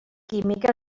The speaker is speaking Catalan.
química